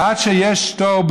עד שיש תור,